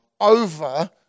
over